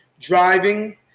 driving